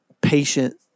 patient